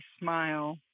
smile